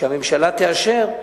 שהממשלה תאשר,